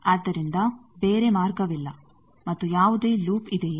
ಆದ್ದರಿಂದ ಬೇರೆ ಮಾರ್ಗವಿಲ್ಲ ಮತ್ತು ಯಾವುದೇ ಲೂಪ್ ಇದೆಯೇ